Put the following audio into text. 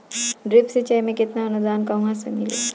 Drip सिंचाई मे केतना अनुदान कहवा से मिली?